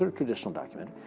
um traditional documentary,